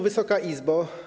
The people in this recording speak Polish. Wysoka Izbo!